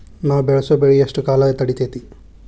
ನಾವು ಬೆಳಸೋ ಬೆಳಿ ಎಷ್ಟು ಕಾಲ ತಡೇತೇತಿ?